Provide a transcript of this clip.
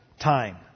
time